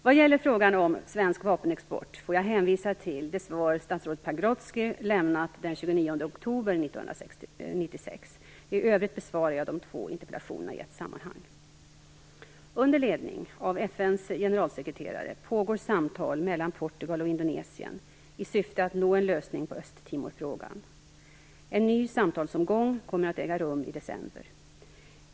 Vad gäller frågan om svensk vapenexport får jag hänvisa till det svar statsrådet Pagrotsky lämnade den 29 oktober 1996. I övrigt besvarar jag de två interpellationerna i ett sammanhang. Under ledning av FN:s generalsekreterare pågår samtal mellan Portugal och Indonesien i syfte att nå en lösning på Östtimorfrågan. En ny samtalsomgång kommer att äga rum i december.